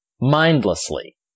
mindlessly